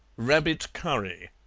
rabbit curry,